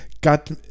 got